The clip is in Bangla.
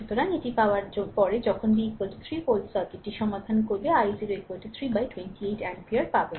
সুতরাং এটি পাওয়ার পরে যখন v 3 ভোল্ট সার্কিটটি সমাধান করবে i0 3 বাই 28 অ্যাম্পিয়ার পাবেন